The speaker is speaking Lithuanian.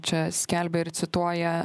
čia skelbia ir cituoja